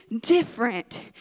different